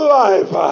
life